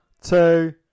two